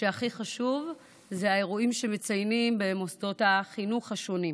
והכי חשובים הם האירועים שמציינים במוסדות החינוך השונים.